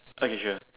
okay sure